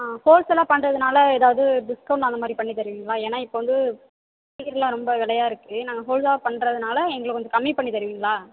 ஆ ஹோல்சேலாக பண்ணுறதுனால ஏதாவுது டிஸ்கௌண்ட் அந்த மாதிரி பண்ணி தருவிங்களா ஏனால் இப்போ வந்து காய்கறியெலாம் ரொம்ப விலையா இருக்குது நாங்கள் ஹோல்ஸா பண்ணுறதுனால எங்களுக்கு கொஞ்சோம் கம்மி பண்ணி தருவிங்களா